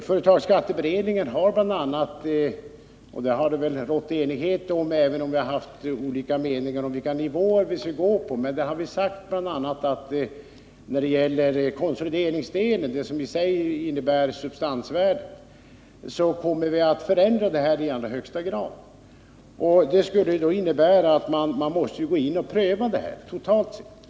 Företagsskatteberedningen har — och det har det väl rått enighet om, även om vi har haft olika meningar om vilka nivåer vi skulle gå på — bl.a. sagt att när det gäller konsolideringsdelen, det som i och för sig är en del av substansvärdet, så kommer den att förändras i hög grad. Det måste innebära att man bör gå in och pröva frågan totalt sett.